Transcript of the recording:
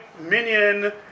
minion